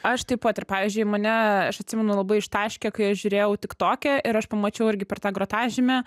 aš taip pat ir pavyzdžiui mane aš atsimenu labai ištaškė kai aš žiūrėjau tik toke ir aš pamačiau irgi per tą grotažymę